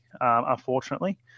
unfortunately